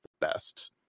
best